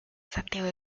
santiago